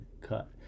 cut